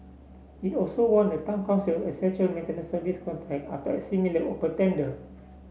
it also won the town council essential maintenance service contract after a similar open tender